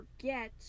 forget